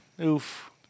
Oof